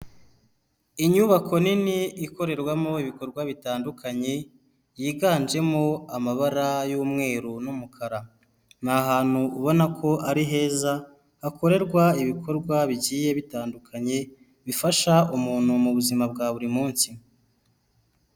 Inyubako nini ikorerwamo ibikorwa bitandukanye yiganjemo amabara y'umweru n'umukara, ni ahantu ubona ko ari heza hakorerwa ibikorwa bigiye bitandukanye bifasha umuntu muzima bwa buri munsi.